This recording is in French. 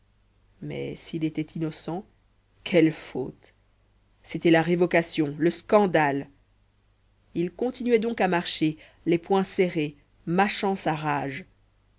mais s'il était innocent quelle faute c'était la révocation le scandale il continuait donc à marcher les poings serrés mâchant sa rage